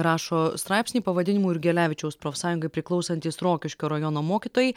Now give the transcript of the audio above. rašo straipsnį pavadinimu jurgelevičiaus profsąjungai priklausantys rokiškio rajono mokytojai